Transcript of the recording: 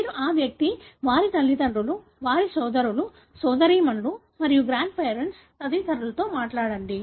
మీరు ఆ వ్యక్తి వారి తల్లిదండ్రులు వారి సోదరులు సోదరీమణులు మరియు గ్రాండ్ పేరెంట్స్ తదితరులతో మాట్లాడండి